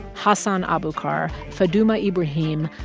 hassan abukar, fadumo ibrahim,